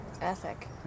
ethic